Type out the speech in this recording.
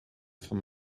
for